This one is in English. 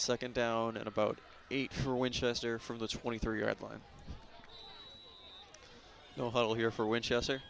second down in about eight for winchester from the twenty three red line no huddle here for winchester